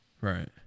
Right